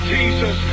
Jesus